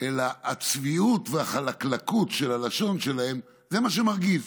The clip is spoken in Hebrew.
אלא הצביעות והחלקלקות של הלשון שלהם זה מה שמרגיז.